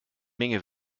menge